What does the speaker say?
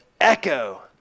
echo